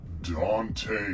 Dante